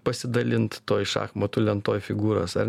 pasidalint toj šachmatų lentoj figūras ar